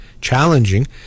challenging